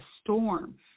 storm